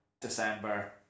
December